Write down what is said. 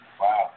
Wow